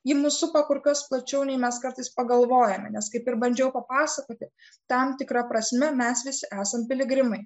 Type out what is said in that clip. ji mus supa kur kas plačiau nei mes kartais pagalvojame nes kaip ir bandžiau papasakoti tam tikra prasme mes visi esam piligrimai